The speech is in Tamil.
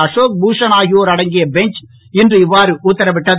அஷோக் பூஷன் ஆகியோர் அடங்கிய பெஞ்ச் இன்று இவ்வாறு உத்தரவிட்டது